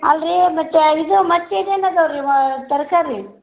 ಅಲ್ಲರೀ ಮತ್ತು ಇದು ಮತ್ತು ಏನೇನು ಅದಾವೆ ರೀ ತರಕಾರಿ